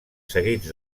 seguits